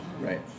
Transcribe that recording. Right